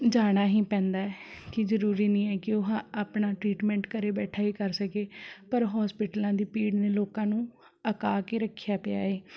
ਜਾਣਾ ਹੀ ਪੈਂਦਾ ਹੈ ਕਿ ਜ਼ਰੂਰੀ ਨਹੀਂ ਹੈ ਕਿ ਉਹ ਹ ਆਪਣਾ ਟ੍ਰੀਟਮੈਂਟ ਘਰ ਬੈਠਾ ਹੀ ਕਰ ਸਕੇ ਪਰ ਹੋਸਪਿਟਲਾਂ ਦੀ ਭੀੜ ਨੇ ਲੋਕਾਂ ਨੂੰ ਅਕਾ ਕੇ ਰੱਖਿਆ ਪਿਆ ਏ